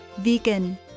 vegan